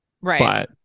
Right